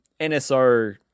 NSO